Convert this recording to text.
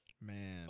man